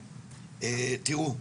תראו,